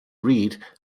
read